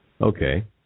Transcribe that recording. Okay